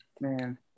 man